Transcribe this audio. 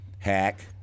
Hack